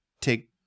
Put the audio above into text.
take